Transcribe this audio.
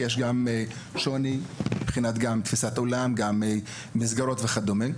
כי יש שוני מבחינת תפיסת העולם ומבחינת אופי המסגרות וכדומה.